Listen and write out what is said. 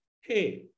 hey